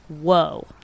whoa